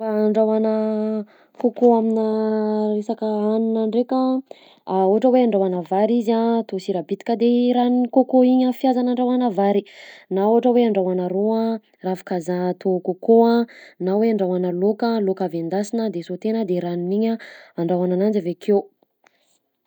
Fandrahoana coco aminà resaka hanina ndraika: ohatra hoe andrahoana vary izy a, atao sira bitika de i ranon'ny coco igny a fiazana andrahoana vary, na ohatra hoe andrahoana ro a: ravin-kazaha atao au coco na hoe andrahoana laoka, laoka avy endasina de sautena de ranony igny a andrahoana ananjy avy akeo.